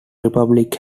republic